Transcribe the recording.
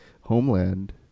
homeland